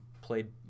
played